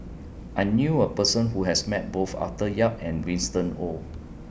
I knew A Person Who has Met Both Arthur Yap and Winston Oh